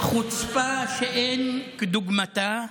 חוצפה שאין כדוגמתה,